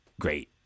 Great